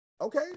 Okay